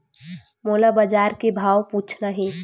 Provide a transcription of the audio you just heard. मोला बजार के भाव पूछना हे?